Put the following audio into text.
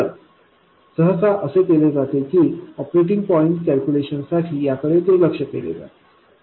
तर सहसा असे केले जाते की ऑपरेटिंग पॉईंट कॅल्क्युलेशन साठी याकडे दुर्लक्ष केले जाते